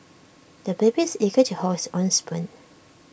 the baby is eager to hold his own spoon